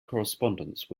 correspondence